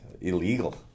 illegal